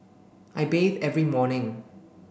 I bathe every morning